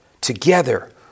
together